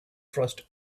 trust